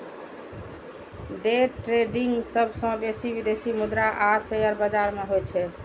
day trading सबसं बेसी विदेशी मुद्रा आ शेयर बाजार मे होइ छै